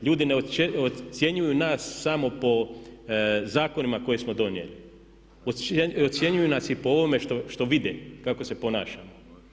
Ljudi ne ocjenjuju nas samo po zakonima koje smo donijeli, ocjenjuju nas i po ovome što vide kako se ponašamo.